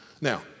Now